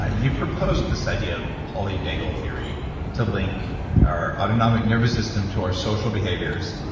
ah you proposed this idea of polyvagal theory to link our autonomic nervous system to our social behaviors.